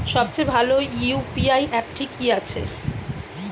সবচেয়ে ভালো ইউ.পি.আই অ্যাপটি কি আছে?